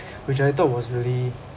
which I thought was really